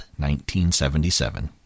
1977